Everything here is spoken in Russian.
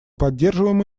поддерживаем